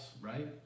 right